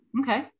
Okay